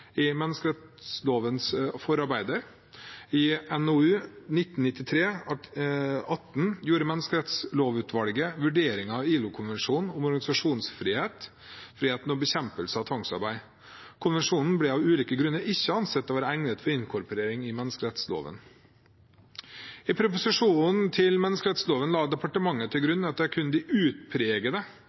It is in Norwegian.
i menneskerettslovens forarbeid. I NOU 1993:18 gjorde menneskerettighetslovutvalget vurderinger av ILO-konvensjonene om organisasjonsfriheten og bekjempelse av tvangsarbeid. Konvensjonene ble av ulike grunner ikke ansett å være egnet for inkorporering i menneskerettsloven. I proposisjonen til menneskerettsloven la departementet til grunn at det kun er de